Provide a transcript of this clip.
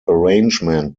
arrangement